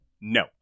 No